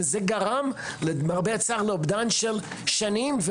וזה גרם למרבה הצער לאובדן של שנים,